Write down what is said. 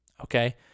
okay